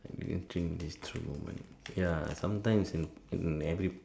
I didn't think this through moment ya sometimes when every